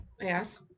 Yes